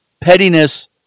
pettiness